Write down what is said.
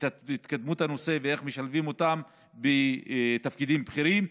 התקדמות הנושא ואיך משלבים אותם בתפקידים בכירים.